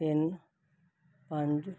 ਤਿੰਨ ਪੰਜ